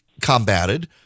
combated